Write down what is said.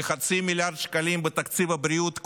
כחצי מיליארד שקלים בתקציב הבריאות,